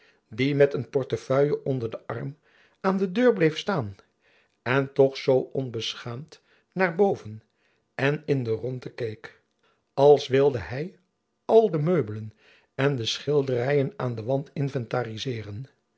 die met een portefeuille onder den arm aan de deur bleef staan en toch zoo onbeschaamd naar boven en in de rondte keek als wilde hy al de meubelen en de schilderyen aan den wand inventarizeeren